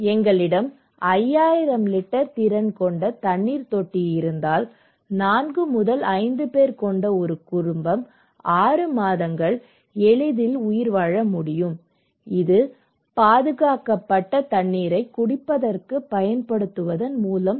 எங்களிடம் 5000 லிட்டர் திறன் கொண்ட தண்ணீர் தொட்டி இருந்தால் 4 முதல் 5 பேர் கொண்ட ஒரு குடும்பம் ஆறு மாதங்கள் எளிதில் உயிர்வாழ முடியும் இந்த பாதுகாக்கப்பட்ட தண்ணீரை குடிப்பதற்குப் பயன்படுத்துவதன் மூலம்